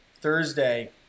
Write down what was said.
Thursday